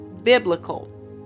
biblical